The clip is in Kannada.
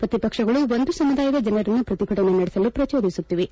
ಪ್ರತಿಪಕ್ಷಗಳು ಒಂದು ಸಮುದಾಯದ ಜನರನ್ನು ಪ್ರತಿಭಟನೆ ನಡೆಸಲು ಪ್ರಚೋದಿಸುತ್ತಿವೆ